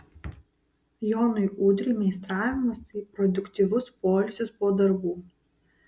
jonui udriui meistravimas tai produktyvus poilsis po darbų